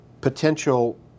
potential